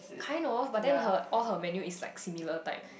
kind of but then her all her menu is like similar type